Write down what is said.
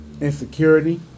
insecurity